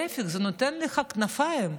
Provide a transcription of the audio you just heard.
להפך, זה נותן לך כנפיים,